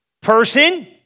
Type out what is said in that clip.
Person